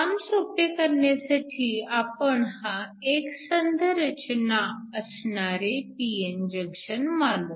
काम सोपे करण्यासाठी आपण हा एकसंध रचना असणारे pn जंक्शन मानू